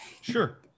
Sure